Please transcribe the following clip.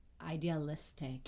idealistic